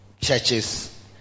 churches